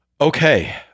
Okay